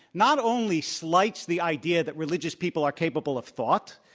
not only slights the idea that religious people are capable of thought,